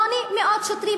800 שוטרים.